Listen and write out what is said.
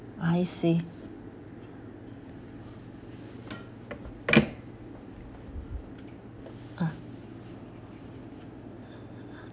I see ah